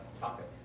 topic